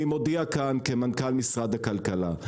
אני מודיע כאן כמנכ"ל משרד הכלכלה.